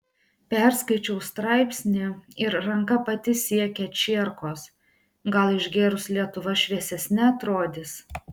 perskaičiau straipsnį ir ranka pati siekia čierkos gal išgėrus lietuva šviesesne atrodys